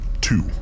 Two